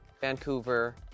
Vancouver